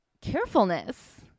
carefulness